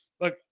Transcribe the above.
look